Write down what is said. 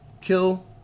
kill